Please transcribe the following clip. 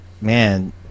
man